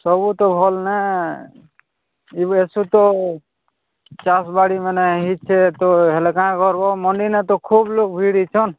ସବୁ ତ ଭଲ୍ ନାଏ ସୁତୋ ଚାଷ ବାଡ଼ି ମାନେ ହେଇଛେ ତ ହେଲେ କାଁ କର୍ବୋ ମଣ୍ଡିନେ ତ ଖୁବ୍ ଲୋଗ ଭିଡ଼୍ ହେଇଛନ୍